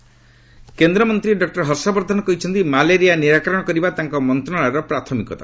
ହର୍ଷବର୍ଦ୍ଧନ ସେରମ୍ କେନ୍ଦ୍ରମନ୍ତ୍ରୀ ଡକ୍ଟର ହର୍ଷବର୍ଦ୍ଧନ କହିଛନ୍ତି ମ୍ୟାଲେରିଆ ନିରାକରଣ କରିବା ତାଙ୍କ ମନ୍ତ୍ରଶାଳୟର ପ୍ରାଥମିକତା